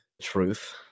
truth